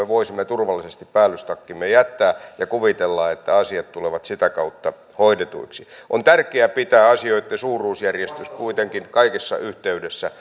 voisimme turvallisesti päällystakkimme jättää ja kuvitella että asiat tulevat sitä kautta hoidetuiksi on tärkeää pitää asioitten suuruusjärjestys kuitenkin kaikessa yhteydessä